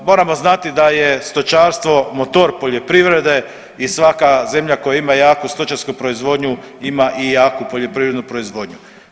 Moramo znati da je stočarstvo motor poljoprivrede i svaka zemlja koja ima jaku stočarsku proizvodnju ima i jaku poljoprivrednu proizvodnju.